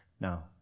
Now